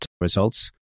results